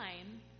time